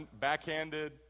backhanded